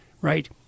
right